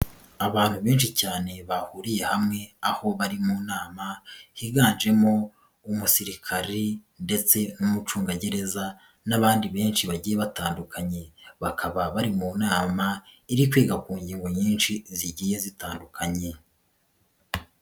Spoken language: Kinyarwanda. Abantu benshi cyane bahuriye hamwe, aho bari mu nama, higanjemo umusirikare ndetse n'umucungagereza n'abandi benshi bagiye batandukanye. Bakaba bari mu nama, iri kwiga ku ngingo nyinshi zigiye zitandukanye.